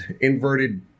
inverted